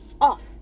off